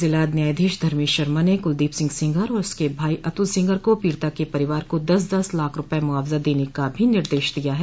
जिला न्यायाधीश धर्मेश शर्मा ने कुलदीप सिंह सेंगर और उसके भाई अतुल सेंगर को पीडिता के परिवार को दस दस लाख रूपये मुआवजा देने का भी निर्देश दिया है